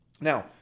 Now